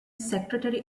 secretary